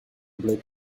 bleek